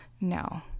No